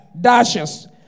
dashes